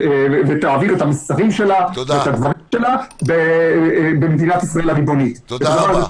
-- ותעביר את המסרים שלה במדינת ישראל הריבונית -- תודה רבה.